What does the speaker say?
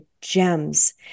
gems